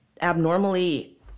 abnormally